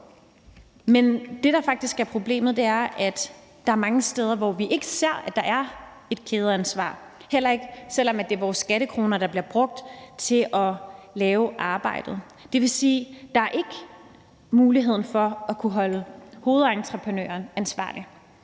sig. Det, der faktisk er problemet, er, at der er mange steder, hvor vi ikke ser at der er et kædeansvar, heller ikke selv om det er vores skattekroner, der bliver brugt til at få lavet arbejdet. Det vil sige, at der ikke er mulighed for at kunne holde hovedentreprenøren ansvarlig.